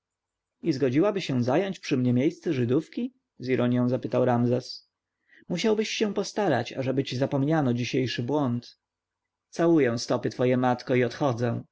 zgodziłaby się zająć przy mnie miejsce żydówki z ironją zapytał ramzes musiałbyś się postarać ażeby ci zapomniano dzisiejszy błąd całuję stopy twoje matko i odchodzę